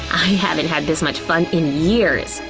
i haven't had this much fun in years!